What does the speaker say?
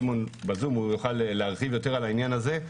שמעון בזום והוא יוכל להרחיב יותר בעניין הזה.